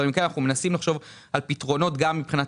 אנחנו מנסים לחשוב על פתרונות מבחינת